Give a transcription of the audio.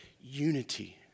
unity